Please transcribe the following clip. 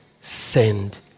Send